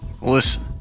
Listen